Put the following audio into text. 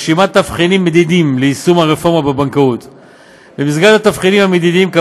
מפרסמת בימים אלו רשימת תבחינים מדידים ליישום הרפורמה בבנקאות.